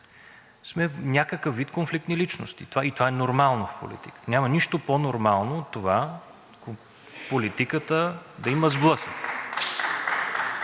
сме някакъв вид конфликтни личности и това е нормално в политиката. Няма нищо по-нормално от това в политиката да има сблъсък.